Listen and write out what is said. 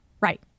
Right